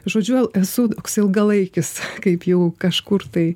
žodžiu esu toks ilgalaikis kaip jau kažkur tai